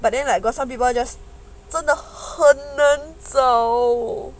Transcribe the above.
but then like got some people just 真的和难找